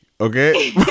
okay